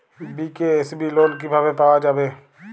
BKSB loan কিভাবে পাওয়া যাবে?